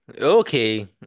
okay